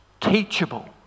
teachable